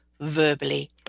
verbally